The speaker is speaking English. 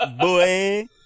Boy